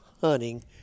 hunting